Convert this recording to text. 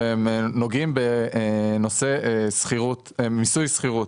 שנוגעים בנושא מיסוי השכירות.